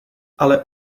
ale